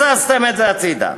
הזזתם את זה הצדה.